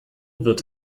wird